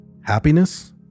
Happiness